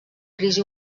crisi